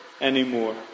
anymore